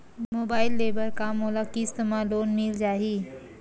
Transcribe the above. Mobile ले बर का मोला किस्त मा लोन मिल जाही?